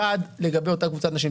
האחד, לגבי אותה קבוצת נשים.